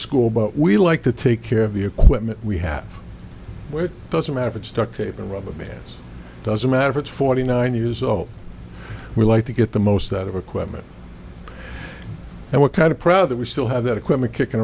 school but we like to take care of the equipment we have where it doesn't matter if it's duct tape or rubber bands doesn't matter it's forty nine years old we like to get the most out of equipment and what kind of proud that we still have that equipment kicking